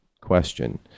question